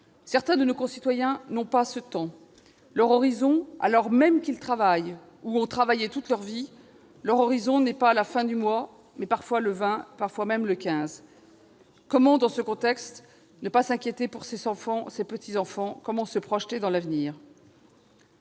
Certains de nos concitoyens n'ont pas ce temps, car leur horizon, alors même qu'ils travaillent ou ont travaillé toute leur vie, n'est pas la fin du mois, mais le 20, voire le 15 du mois. Comment, dans ces conditions, ne pas s'inquiéter pour ses enfants, ses petits-enfants ? Comment se projeter dans l'avenir ?